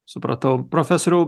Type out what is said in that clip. supratau profesoriau